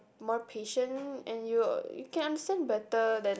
more patient and you you can understand better than